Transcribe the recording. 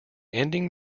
ending